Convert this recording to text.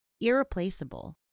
irreplaceable